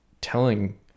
telling